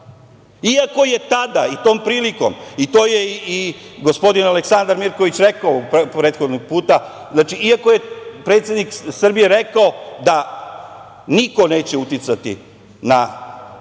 Iako je tada i tom prilikom, to je i gospodin Aleksandar Mirković rekao prethodnog puta, iako je predsednik Srbije rekao da niko neće uticati, ako je